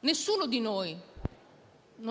ognuno di noi